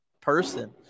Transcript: person